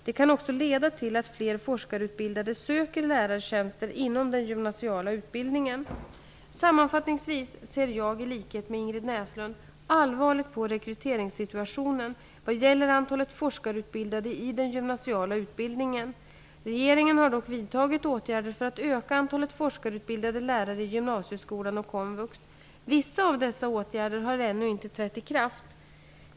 Detta kan också leda till att fler forskarutbildade söker lärartjänster inom den gymnasiala utbildningen. Sammanfattningsvis ser jag, i likhet med Ingrid Näslund, allvarligt på rekryteringssituationen vad gäller antalet forskarutbildade i den gymnasiala utbildningen. Regeringen har dock vidtagit åtgärder för att öka antalet forskarutbildade lärare i gymnasieskolan och komvux. Vissa av dessa åtgärder har ännu inte trätt i kraft.